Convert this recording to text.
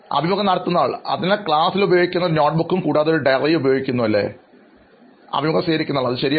അഭിമുഖം നടത്തുന്നയാൾ അതിനാൽ ക്ലാസ്സിൽ ഉപയോഗിക്കുന്ന ഒരു നോട്ട്ബുക്കും കൂടാതെ ഒരു ഡയറിയും ഉപയോഗിക്കുന്നുണ്ട് അല്ലേ അഭിമുഖം സ്വീകരിക്കുന്നയാൾ അതെ ശരിയാണ്